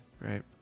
right